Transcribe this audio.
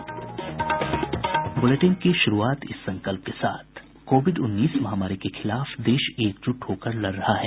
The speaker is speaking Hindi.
बुलेटिन की शुरूआत इस संकल्प के साथ कोविड उन्नीस महामारी के खिलाफ देश एकजुट होकर लड़ रहा है